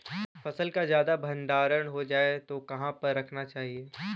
फसल का ज्यादा भंडारण हो जाए तो कहाँ पर रखना चाहिए?